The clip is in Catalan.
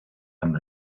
amb